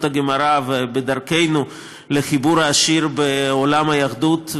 הגמרא ובדרכנו לחיבור העשיר לעולם היהדות.